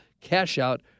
cash-out